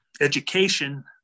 education